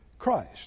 Christ